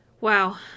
Wow